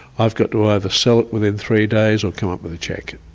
i've got to either sell it within three days or come up with cheque.